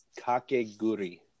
Kakeguri